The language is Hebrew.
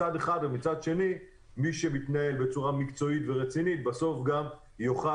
מצד שני מי שמתנהל בצורה מקצועית ורצינית בסוף יוכל